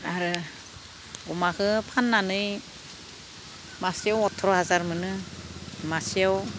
आरो अमाखौ फाननानै मासे अथ्र' हाजार मोनो मासेयाव